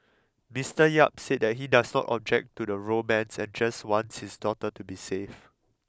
mister Yap said that he does not object to the romance and just wants his daughter to be safe